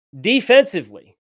Defensively